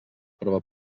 prova